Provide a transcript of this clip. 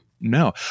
no